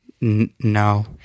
No